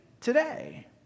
today